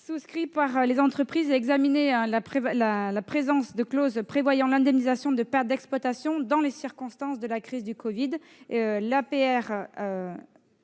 souscrits par les entreprises et examiner la présence de clauses prévoyant l'indemnisation de pertes d'exploitation dans les circonstances de la crise du Covid-19.